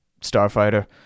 starfighter